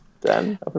Dan